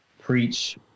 preach